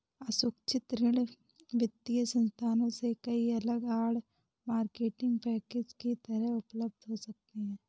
असुरक्षित ऋण वित्तीय संस्थानों से कई अलग आड़, मार्केटिंग पैकेज के तहत उपलब्ध हो सकते हैं